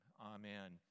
amen